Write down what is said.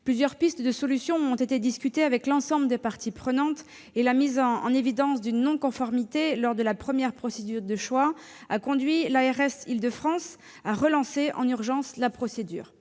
Plusieurs pistes ont fait l'objet de discussions avec l'ensemble des parties prenantes. La mise en évidence d'un problème de conformité lors de la première procédure de choix a conduit l'ARS Île-de-France à relancer en urgence la procédure.